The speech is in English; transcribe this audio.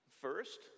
First